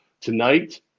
tonight